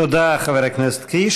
תודה, חבר הכנסת קיש.